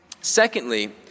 Secondly